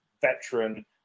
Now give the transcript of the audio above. veteran